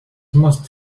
must